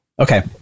Okay